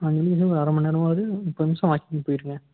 அஞ்சு மணிக்கு எழுந்திருச்சா ஒரு அரைமண் நேரமாவது கொஞ்சம் வாக்கிங் போயிவிடுங்க